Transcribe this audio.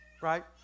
Right